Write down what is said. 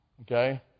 okay